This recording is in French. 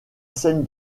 scène